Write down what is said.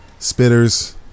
Spitters